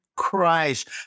Christ